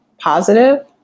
positive